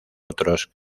otros